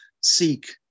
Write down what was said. seek